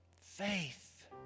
Faith